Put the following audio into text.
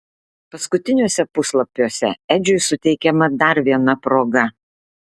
paskutiniuose puslapiuose edžiui suteikiama dar viena proga